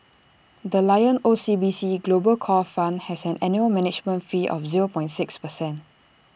the lion O C B C global core fund has an annual management fee of zero six percent